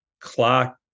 clock